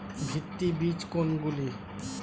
ভিত্তি বীজ কোনগুলি?